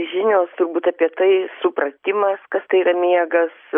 žinios turbūt apie tai supratimas kas tai yra miegas